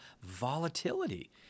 volatility